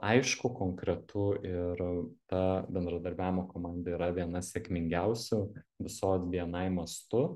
aišku konkretu ir ta bendradarbiavimo komanda yra vienas sėkmingiausių visos bni mastu